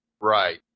Right